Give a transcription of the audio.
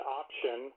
option